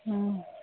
অঁ